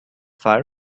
far